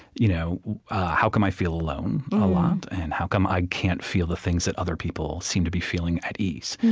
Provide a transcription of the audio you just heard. you know how come i feel alone a lot? and how come i can't feel the things that other people seem to be feeling, at ease?